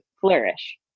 flourish